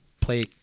play